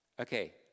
Okay